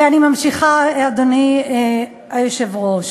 ואני ממשיכה, אדוני היושב-ראש.